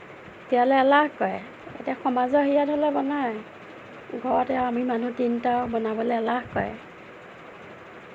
এতিয়ালে এলাহ কৰে এতিয়া সমাজৰ সেৰিয়াত হ'লে বনায় ঘৰতে আৰু আমি মানুহ তিনিটা বনাবলৈ এলাহ কৰে